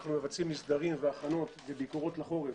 אנחנו מבצעים מסדרים והכנות וביקורות לחורף